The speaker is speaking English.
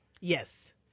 yes